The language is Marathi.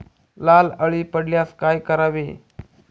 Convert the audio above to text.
लाल अळी पडल्यास काय करावे?